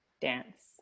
Dance